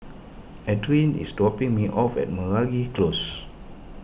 Adriene is dropping me off at Meragi Close